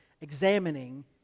examining